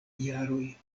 jaroj